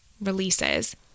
releases